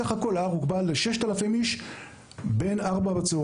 סך הכול זה היה מוגבל ל-6,000 אנשים בין 16:00